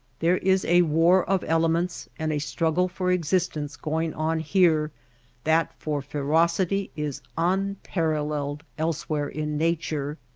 there is a war of elements and a struggle for existence going on here that for ferocity is unparalleled else where in nature.